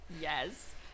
Yes